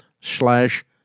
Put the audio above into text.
slash